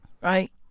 Right